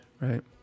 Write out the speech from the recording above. right